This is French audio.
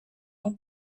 ans